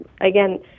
Again